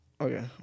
Okay